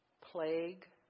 plague